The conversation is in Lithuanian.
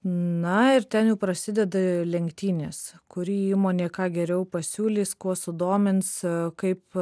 na ir ten prasideda lenktynės kuri įmonė ką geriau pasiūlys kuo sudomins kaip